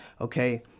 Okay